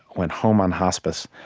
went home on hospice.